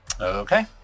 Okay